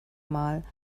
mal